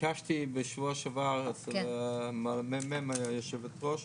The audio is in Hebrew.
ביקשתי בשבוע שעבר אצל מ"מ יושבת הראש